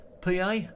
PA